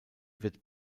wird